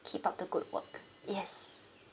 keep up the good work yes